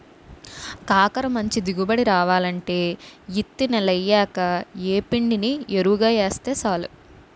కాకర మంచి దిగుబడి రావాలంటే యిత్తి నెలయ్యాక యేప్పిండిని యెరువుగా యేస్తే సాలు